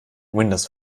windows